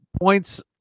points